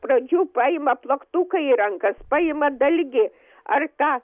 pradžių paima plaktuką į rankas paima dalgį ar tą